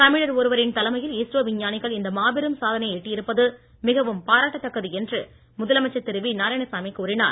தமிழர் ஒருவரின் தலைமையில் இஸ்ரோ விஞ்ஞானிகள் இந்த மாபெரும் சாதனையை எட்டியிருப்பது மிகவும் பாராட்டத்தக்கது என்று முதலமைச்சர் திரு வி நாராயணசாமி கூறினார்